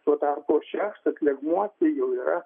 tuo tarpu šeštas lygmuo tai jau yra